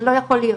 זה לא יכול להיות.